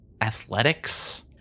athletics